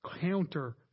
Counter